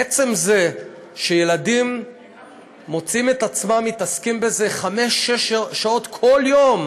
היא שעצם זה שילדים מוצאים את עצמם מתעסקים בזה חמש-שש שעות כל יום